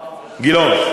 גילאון,